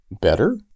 better